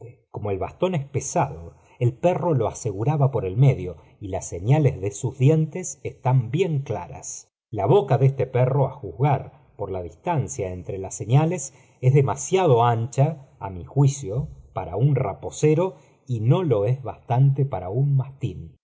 como el bastón es pesado el perro lo aseguraba por el medio y las señales de sus dientes están bien claras la boca de este perro á juz gar por la distancia entre las señales es dematf siado ancha á mi juicio para un raposero y no lo es bastante para un mastín